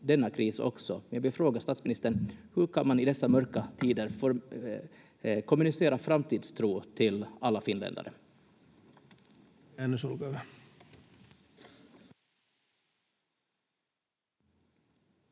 denna kris också. Jag vill fråga statsministern: Hur kan man i dessa mörka tider kommunicera framtidstro till alla finländare?